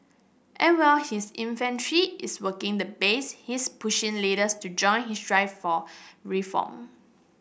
and while his infantry is working the base he's pushing leaders to join his drive for reform